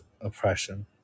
oppression